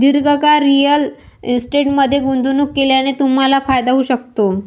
दीर्घकाळ रिअल इस्टेटमध्ये गुंतवणूक केल्याने तुम्हाला फायदा होऊ शकतो